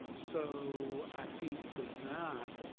so i think for that